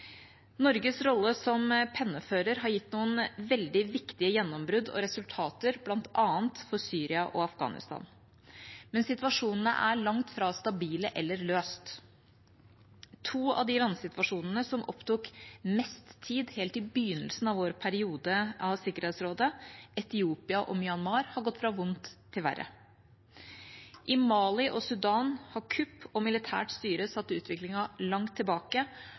Norges rolle som pennefører har gitt noen veldig viktige gjennombrudd og resultater, bl.a. for Syria og Afghanistan, men situasjonene er langt fra stabile eller løst. To av de landsituasjonene som opptok mest tid helt i begynnelsen av vår periode i Sikkerhetsrådet, Etiopia og Myanmar, har gått fra vondt til verre. I Mali og Sudan har kupp og militært styre satt utviklingen langt tilbake,